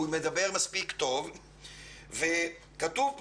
הוא מדבר מספיק טוב בפני עצמו.